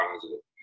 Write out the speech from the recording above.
positive